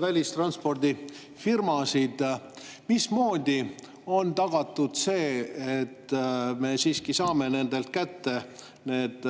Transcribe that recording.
välistranspordifirmasid. Mismoodi on tagatud see, et me siiski saame nendelt need